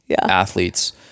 athletes